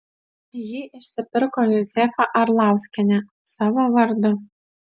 jį išsipirko juzefa arlauskienė savo vardu